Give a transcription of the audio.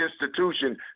institution